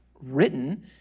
written